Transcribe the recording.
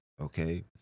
Okay